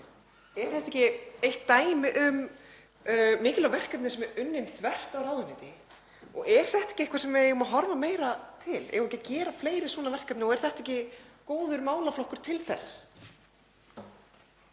Er þetta ekki eitt dæmi um mikilvæg verkefni sem eru unnin þvert á ráðuneyti? Er þetta ekki eitthvað sem við eigum að horfa meira til? Eigum við ekki að vinna fleiri svona verkefni og er þetta ekki góður málaflokkur til þess?